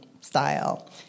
style